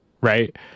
right